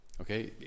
Okay